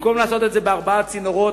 במקום לעשות את זה בארבעה צינורות,